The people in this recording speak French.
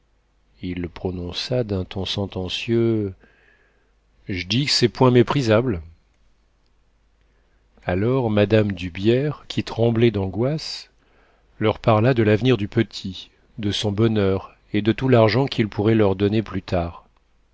l'homme il prononça d'un ton sentencieux j'dis qu'c'est point méprisable alors mme d'hubières qui tremblait d'angoisse leur parla de l'avenir du petit de son bonheur et de tout l'argent qu'il pourrait leur donner plus tard